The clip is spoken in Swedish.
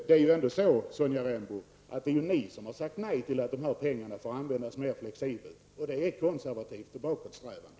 Sonja Rembo, det är ju ni som har sagt nej till att dessa pengar skall få användas mer flexibelt, och det är konservativt och bakåtsträvande.